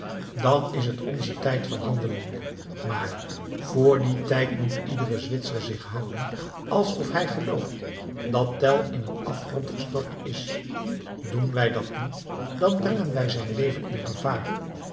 dan is het onze tijd van handelen maar vr dien tijd moet iedere zwitser zich houden alsof hij gelooft dat tell in een afgrond gestort is doen wij dat niet dan brengen wij zijn leven in gevaar